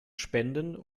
spenden